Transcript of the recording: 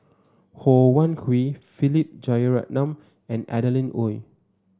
Ho Wan Hui Philip Jeyaretnam and Adeline Ooi